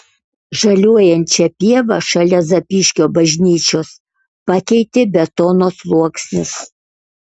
žaliuojančią pievą šalia zapyškio bažnyčios pakeitė betono sluoksnis